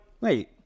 Wait